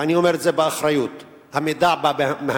ואני אומר את זה באחריות, המידע בא מהמשטרה.